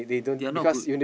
they are not good